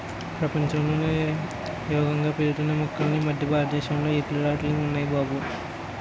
ప్రపంచంలోనే యేగంగా పెరుగుతున్న మొక్కలన్నీ మద్దె బారతంలో యెదుర్లాటివి ఉన్నాయ్ బాబూ